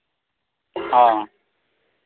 ᱦᱚᱸ